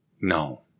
No